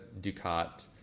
Ducat